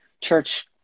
church